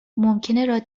ممکنه